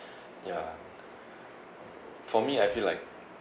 ya for me I feel like